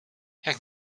jak